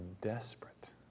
desperate